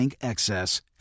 Excess